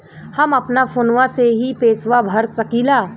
हम अपना फोनवा से ही पेसवा भर सकी ला?